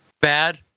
bad